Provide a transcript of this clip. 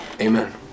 Amen